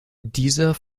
dieser